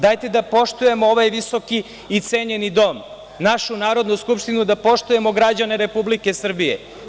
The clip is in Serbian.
Dajte da poštujemo ovaj visoki i cenjeni dom, našu Narodnu skupštinu i da poštujemo građane Republike Srbije.